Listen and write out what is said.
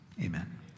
Amen